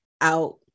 out